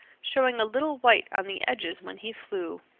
showing a little white on the edges when he flew.